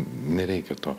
nereikia to